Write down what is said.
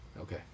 Okay